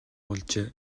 болжээ